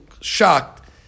shocked